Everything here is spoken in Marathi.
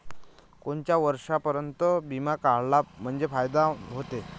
कोनच्या वर्षापर्यंत बिमा काढला म्हंजे फायदा व्हते?